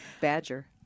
Badger